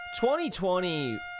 2020